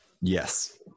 Yes